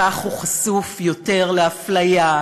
כך הוא חשוף יותר לאפליה,